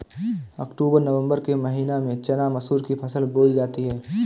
अक्टूबर नवम्बर के महीना में चना मसूर की फसल बोई जाती है?